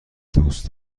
دوست